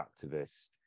activist